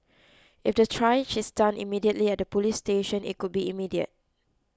if the triage is done immediately at the police station it could be immediate